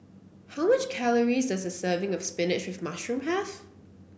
how many calories does a serving of spinach with mushroom have